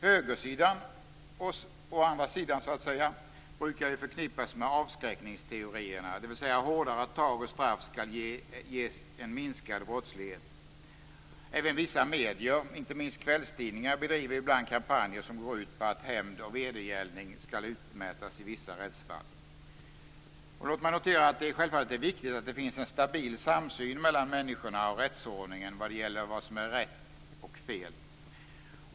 Högersidan, å andra sidan, brukar ju förknippas med avskräckningsteorierna, dvs. att hårdare tag och straff skall ge en minskad brottslighet. Även vissa medier, inte minst kvällstidningar, bedriver ibland kampanjer som går ut på att hämnd och vedergällning skall utmätas i vissa rättsfall. Det är självfallet viktigt att det finns en stabil samsyn mellan människorna och rättsordningen om vad som är rätt och fel.